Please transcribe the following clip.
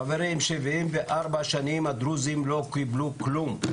חברים, 74 שנים הדרוזים לא קיבלו כלום.